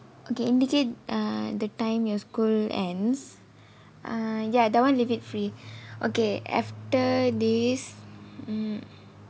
okay indicate err the time your school ends ah ya that [one] leave it free okay after this